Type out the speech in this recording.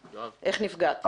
איך נפגעת.